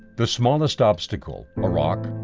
the smallest obstacle, a rock,